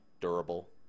durable